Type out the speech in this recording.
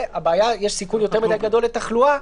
יש סיכון יותר מדי גדול לתחלואה,